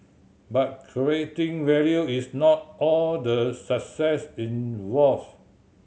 but creating value is not all the success involve